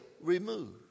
removed